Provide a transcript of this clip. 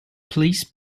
please